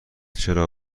چرا